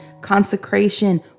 consecration